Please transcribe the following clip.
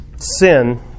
Sin